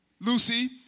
Lucy